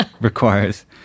requires